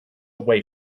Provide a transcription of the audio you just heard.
away